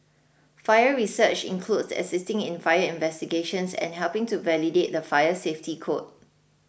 fire research includes assisting in fire investigations and helping to validate the fire safety code